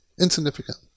insignificant